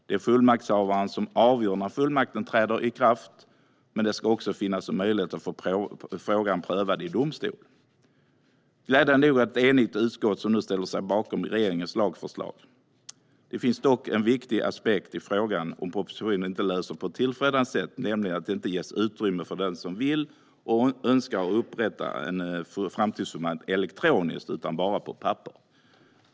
Det är fullmaktshavaren som avgör när fullmakten träder i kraft, men det ska också finnas en möjlighet att få frågan prövad i domstol. Glädjande nog ställer sig nu ett enigt utskott bakom regeringens lagförslag. Det finns dock en viktig aspekt på frågan som propositionen inte löser på ett tillfredställande sätt, nämligen att det inte ges utrymme för den som så vill och önskar att upprätta en framtidsfullmakt elektroniskt, utan det kan bara göras på papper.